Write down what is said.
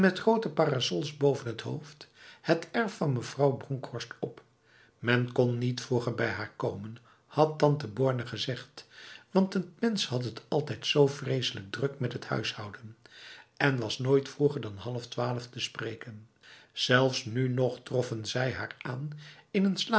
grote parasols boven het hoofd het erf van mevrouw bronkhorst op men kon niet vroeger bij haar komen had tante borne gezegd want het mens had het altijd zo vreselijk druk met het huishouden en was nooit vroeger dan half twaalf te spreken zelfs nu nog troffen zij haar aan in een